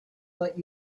let